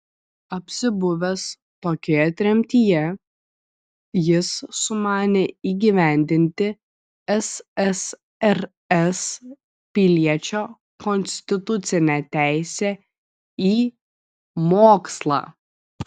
apsibuvęs tokioje tremtyje jis sumanė įgyvendinti ssrs piliečio konstitucinę teisę į mokslą